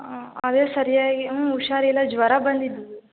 ಆದರೆ ಸರಿಯಾಗಿ ಊಂ ಹುಷಾರಿಲ್ಲ ಜ್ವರ ಬಂದಿದ್ದವು